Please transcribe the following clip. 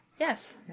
Yes